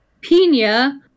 Pina